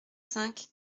cinq